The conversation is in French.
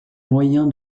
moyen